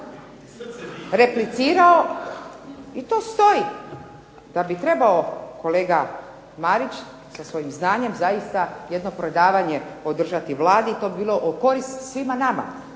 replicirao i to stoji da bi trebao kolega Marić sa svojim znanjem zaista jedno predavanje održati Vladi i to bi bilo u korist svima nama,